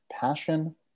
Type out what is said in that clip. passion